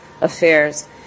affairs